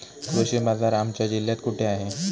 कृषी बाजार आमच्या जिल्ह्यात कुठे आहे?